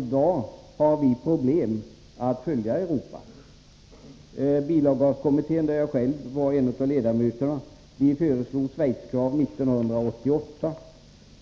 I dag har vi nämligen problem att följa Europa. Bilavgaskommittén, där jag själv var ledamot, föreslog att Schweiz-87-kraven införs 1988.